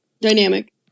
dynamic